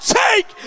take